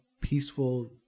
peaceful